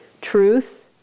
Truth